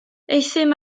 euthum